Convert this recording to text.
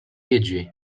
jiġri